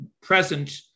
present